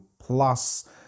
plus